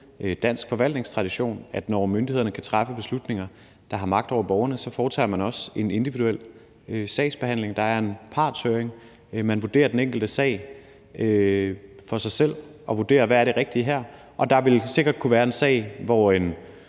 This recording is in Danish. dansk forvaltningstradition, at når myndighederne kan træffe beslutninger, der har magt over borgerne, så foretager man en individuel sagsbehandling. Der er en partshøring, man vurderer den enkelte sag for sig selv og vurderer, hvad der er det rigtige, og der ville sikkert kunne være en sag, hvor en